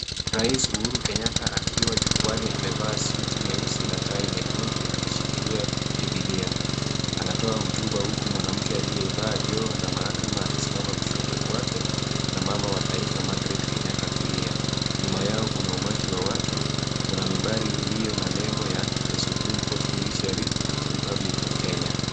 Rais Uhuru Kenyatta akiwa jukwaani amevaa suti nyeusi na tai nyekundu akishikilia biblia. Anatoa hotuba huku mwanamke aliyevaa joho la mahakama akisimama kushoto kwake na Mama wa taifa Magret Kenyatta kulia. Nyuma yao kuna umati wa watu, kuna mimbari iliyo na nembo ya The Supreme Court Judiciary Republic of Kenya .